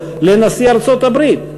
לנשיא ארצות-הברית.